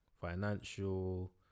financial